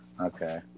Okay